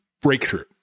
breakthrough